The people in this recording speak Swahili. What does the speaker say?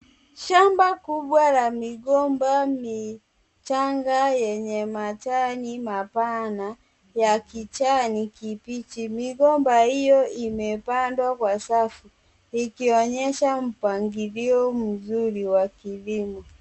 Shamba kubwa la migomba michanga yenye majani mapana ya kijani kibichi. Migomba hiyo imepandwa kwa safu ikionyesha mpangilio mzuri wa kilimo.